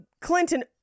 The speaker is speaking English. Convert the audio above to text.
Clinton